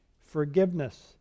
forgiveness